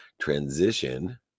transition